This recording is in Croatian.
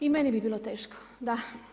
I meni bi bilo teško, da.